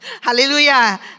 Hallelujah